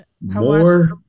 More